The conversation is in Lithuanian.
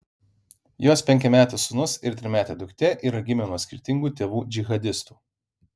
jos penkiametis sūnus ir trimetė duktė yra gimę nuo skirtingų tėvų džihadistų